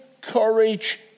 courage